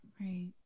right